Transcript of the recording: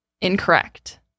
Incorrect